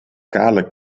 kale